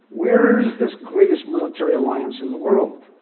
where is this greatest military alliance in the world?